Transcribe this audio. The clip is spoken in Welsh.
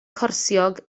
corsiog